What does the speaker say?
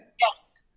Yes